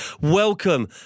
Welcome